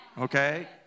Okay